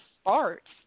starts